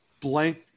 blank